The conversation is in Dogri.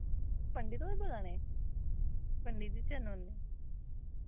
पंडित होर बोल्ला ने पंडित जी चरणवंदना